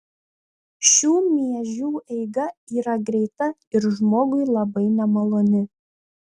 šių miežių eiga yra greita ir žmogui labai nemaloni